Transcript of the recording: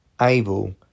able